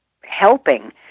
helping